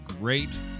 great